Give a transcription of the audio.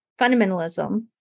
fundamentalism